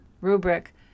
rubric